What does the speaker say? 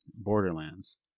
Borderlands